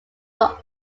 were